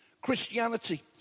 Christianity